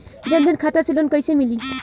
जन धन खाता से लोन कैसे मिली?